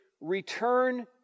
return